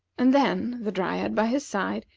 and then, the dryad by his side,